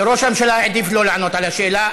ראש הממשלה העדיף שלא לענות על השאלה.